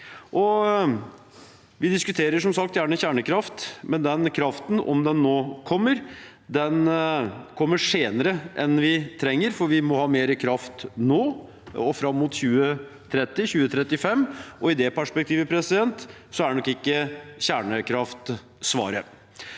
Vi diskuterer som sagt gjerne kjernekraft, men den kraften, om den nå kommer, kommer senere enn vi trenger, for vi må ha mer kraft nå og fram mot 2030– 2035. I det perspektivet er nok ikke kjernekraft svaret.